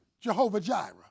Jehovah-Jireh